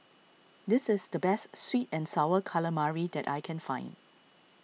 this is the best Sweet and Sour Calamari that I can find